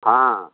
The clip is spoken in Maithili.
हँ